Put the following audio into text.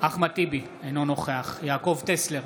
אחמד טיבי, אינו נוכח יעקב טסלר,